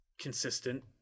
consistent